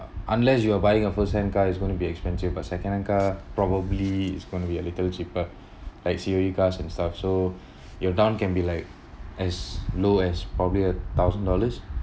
unless you are buying a first hand car it's going to be expensive but second hand car probably is going to be a little cheaper like C_O_E cars and stuff so your down can be like as low as probably a thousand dollars